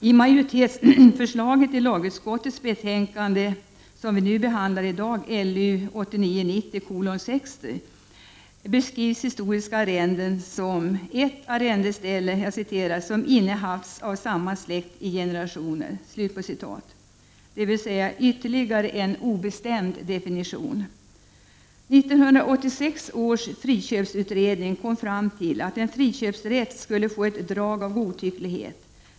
I majoritetsförslaget i lagutskottets betänkande LU 1989/90:6, som vi behandlar i dag, beskrivs historiska arrenden som ”ett arrendeställe som innehafts av samma släkt i generationer”, dvs. ytterligare en obestämd definition. 1986 års friköpsutredning kom fram till att en friköpsrätt skulle få ett drag av godtycklighet.